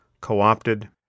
co-opted